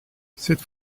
cette